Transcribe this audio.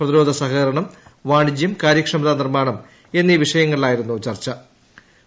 പ്രതിരോധ സഹകരണം വാണിജ്യം കാരൃക്ഷമതാ നിർമ്മാണം എന്നീ വിഷയങ്ങളിലായിരുന്നു ചർച്ചു